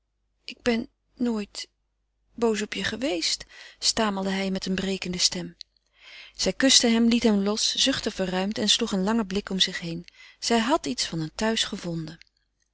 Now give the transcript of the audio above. ik ben nooit boos op je geweest stamelde hij met een brekende stem zij kuste hem liet hem los zuchtte verruimd en sloeg een langen blik om zich heen zij had iets van een thuis gevonden